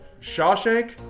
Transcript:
Shawshank